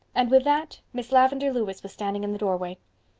and with that miss lavendar lewis was standing in the doorway.